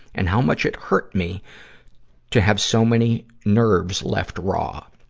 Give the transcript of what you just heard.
and how much it hurt me to have so many nerves left raw.